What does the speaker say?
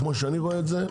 כמו שאני רואה את זה,